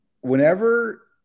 whenever